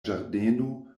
ĝardeno